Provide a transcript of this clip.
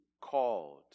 called